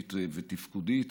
ניהולית ותפקודית.